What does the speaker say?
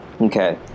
Okay